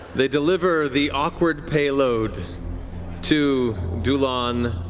they deliver the awkward payload to doolan,